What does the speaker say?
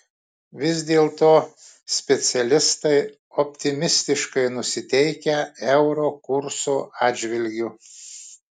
vis dėlto specialistai optimistiškai nusiteikę euro kurso atžvilgiu